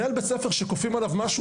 מנהל בית ספר שכופים עליו משהו,